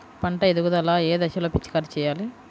పంట ఎదుగుదల ఏ దశలో పిచికారీ చేయాలి?